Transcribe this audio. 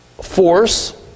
force